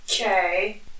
Okay